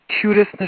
cutest